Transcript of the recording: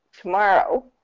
tomorrow